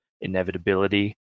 inevitability